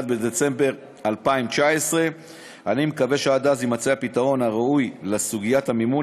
31 בדצמבר 2019. אני מקווה שעד אז יימצא הפתרון הראוי לסוגיית המימון.